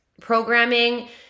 programming